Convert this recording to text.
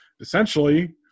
essentially